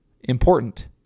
important